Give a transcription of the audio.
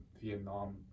Vietnam